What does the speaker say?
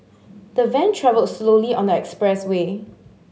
the van travelled slowly on the expressway